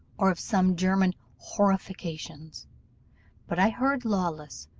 or of some german horrifications but i heard lawless,